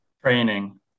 training